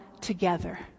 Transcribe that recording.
together